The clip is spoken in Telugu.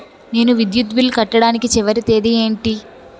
నేను విద్యుత్ బిల్లు కట్టడానికి చివరి తేదీ ఏంటి?